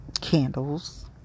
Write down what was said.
candles